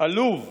על לוב,